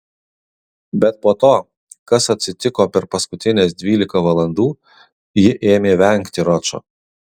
bet po to kas atsitiko per paskutines dvylika valandų ji ėmė vengti ročo